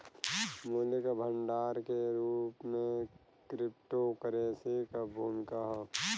मूल्य क भंडार के रूप में क्रिप्टोकरेंसी क भूमिका हौ